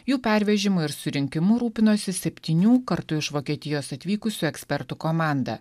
jų pervežimu ir surinkimu rūpinosi septynių kartu iš vokietijos atvykusių ekspertų komanda